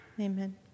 amen